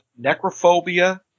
Necrophobia